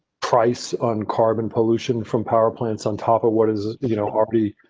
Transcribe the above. price on carbon pollution from power plants on top of what is you know already